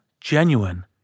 genuine